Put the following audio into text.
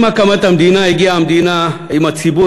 עם הקמת המדינה הגיעה המדינה עם הציבור